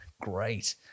Great